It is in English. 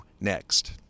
next